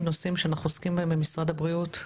נושאים שאנחנו עוסקים בהם במשרד הבריאות,